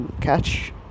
catch